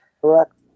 Correct